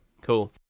Cool